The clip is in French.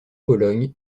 pologne